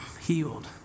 healed